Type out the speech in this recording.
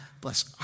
bless